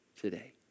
Today